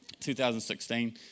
2016